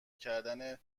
کردن